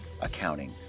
accounting